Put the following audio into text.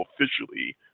officially